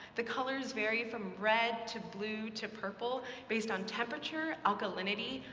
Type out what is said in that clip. the colors vary from red to blue to purple based on temperature, alkalinity,